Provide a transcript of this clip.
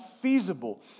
feasible